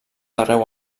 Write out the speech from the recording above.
arreu